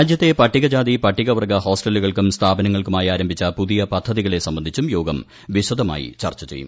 രാജ്യത്തെ പട്ടികജാതി പട്ടികവർഗ്ഗ ഹോസ്റ്റലുകൾക്കും സ്ഥാപനങ്ങൾക്കുമായി ആരംഭിച്ച പുതിയ പദ്ധതികളെ സംബന്ധിച്ചും യോഗം വിശദമായി ചർച്ച ചെയ്യും